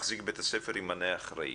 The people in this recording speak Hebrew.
מחזיק בית הספר ימנה אחראי.